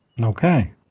Okay